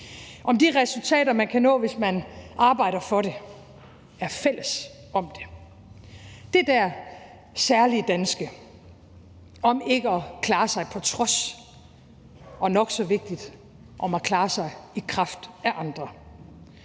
om de resultater, man kan nå, hvis man arbejder for det og er fælles om det – altså det der særlige danske om ikke at klare sig på trods og nok så vigtigt om at klare sig i kraft af andre.